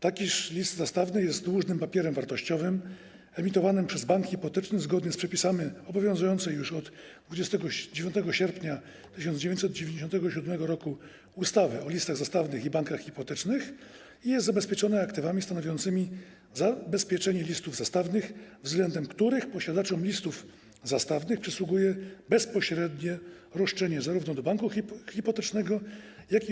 Taki list zastawny jest dłużnym papierem wartościowym emitowanym przez bank hipoteczny zgodnie z przepisami obowiązującej już od 29 sierpnia 1997 r. ustawy o listach zastawnych i bankach hipotecznych i jest zabezpieczony aktywami stanowiącymi zabezpieczenie listów zastawnych, względem których posiadaczom listów zastawnych przysługuje bezpośrednie roszczenie zarówno do banku hipotecznego, jak